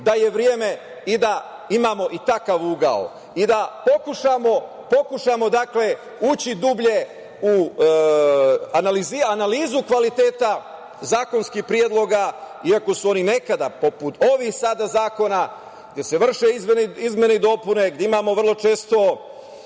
da je vreme i da imamo i takav ugao i da pokušamo ući dublje u analizu kvaliteta zakonskih predloga, iako su oni nekada, poput ovih sada zakona, gde se vrše izmene i dopune, gde imamo vrlo često